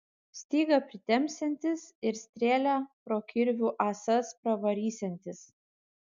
stygą pritempsiantis ir strėlę pro kirvių ąsas pravarysiantis